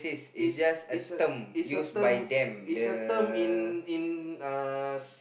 is is a is a term is a term in in uh